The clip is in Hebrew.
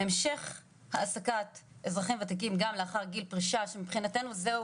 המשך העסקת אזרחים וותיקים גם לאחר גיל פרישה ושמבחינתנו זהו